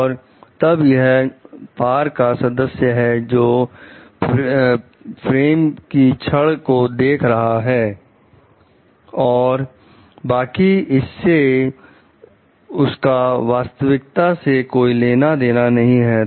और तब उस पार का सदस्य है जो फ्रेम की छड़ को देख रहा है और बाकी इससे से उसका वास्तविकता में कोई लेना देना नहीं है